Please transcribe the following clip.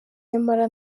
nyamara